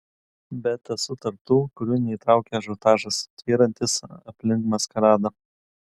bet esu tarp tų kurių neįtraukia ažiotažas tvyrantis aplink maskaradą